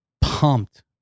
pumped